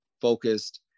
focused